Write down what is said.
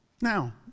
Now